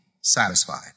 satisfied